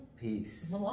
Peace